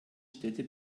städte